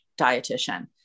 dietitian